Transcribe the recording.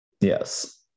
yes